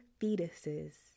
fetuses